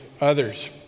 others